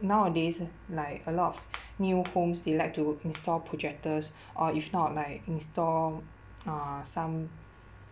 nowadays like a lot of new homes they like to install projectors or if not like install uh some